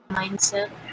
mindset